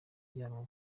ajyanwa